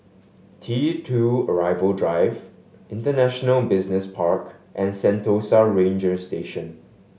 T Two Arrival Drive International Business Park and Sentosa Ranger Station